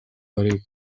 barik